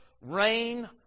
rain